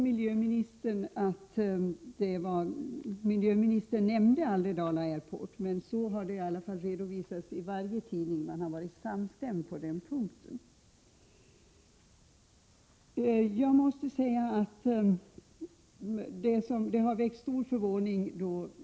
Miljöministern nämnde aldrig Dala Airport, men tidningarna har varit samstämmiga om att hon i alla fall avsåg Dala Airport.